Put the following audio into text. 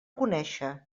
conéixer